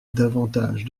davantage